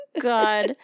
God